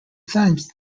times